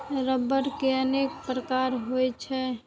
रबड़ के अनेक प्रकार होइ छै